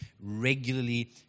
regularly